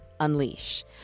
Unleash